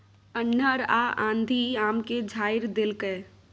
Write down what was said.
अन्हर आ आंधी आम के झाईर देलकैय?